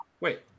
wait